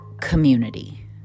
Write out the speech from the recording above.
community